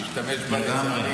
שהשתמש בה אושר שקלים,